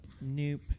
Nope